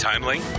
Timely